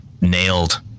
nailed